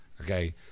Okay